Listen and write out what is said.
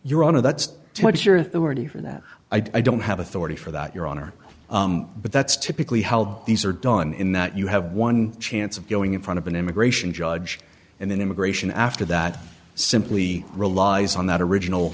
your honor that's what is your authority for that i don't have authority for that your honor but that's typically how these are done in that you have one chance of going in front of an immigration judge and then immigration after that simply relies on that original